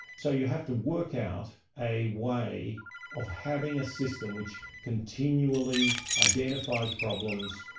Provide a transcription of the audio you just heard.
so you have to work out a way of having a system which continually identifies problems,